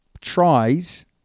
tries